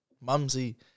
Mumsy